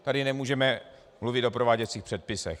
Tady nemůžeme mluvit o prováděcích předpisech.